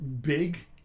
big